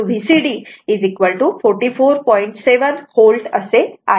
7 V आहे